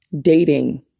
dating